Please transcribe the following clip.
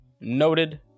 noted